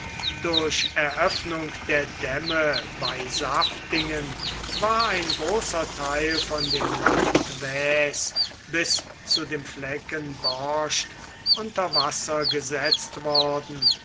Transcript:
durch eröffnung der dämme bei saftingen war ein großer theil von dem land waes bis zu dem flecken borcht unter wasser gesetzt worden